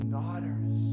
daughters